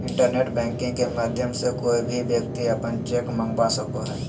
internet banking के माध्यम से कोय भी व्यक्ति अपन चेक मंगवा सको हय